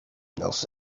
knows